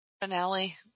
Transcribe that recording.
finale